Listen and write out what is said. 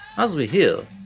as we hear,